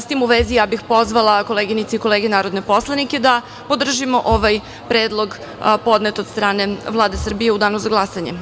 S tim u vezi ja bih pozvala koleginice i kolege narodne poslanike da podržimo ovaj predlog podnet od strane Vlade Srbije u danu za glasanje.